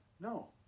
No